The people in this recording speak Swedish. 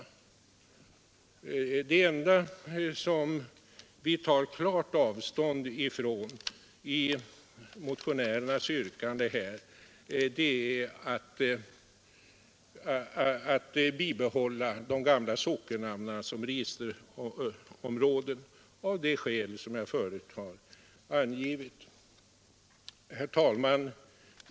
Det enda vi tar klart avstånd ifrån i motionärernas yrkande är förslaget att bibehålla de gamla sockennamnen som registerområden, och detta av de skäl jag nyss angivit. Herr talman!